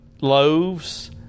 loaves